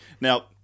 now